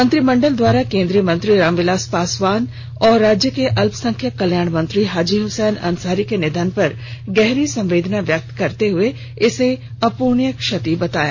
मंत्रिमंडल द्वारा केंद्रीय मंत्री रामविलास पासवान और राज्य के अल्पसंख्यक कल्याण मंत्री हाजी हुसैन अंसारी के निधन पर गहरी संवेदना व्यक्त करते हुए इसे अप्रणीय क्षति बताया